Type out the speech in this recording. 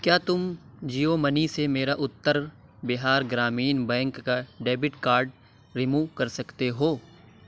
کیا تم جیو منی سے میرا اتر بہار گرامین بینک کا ڈیبٹ کارڈ رموو کر سکتے ہو